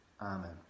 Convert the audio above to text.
Amen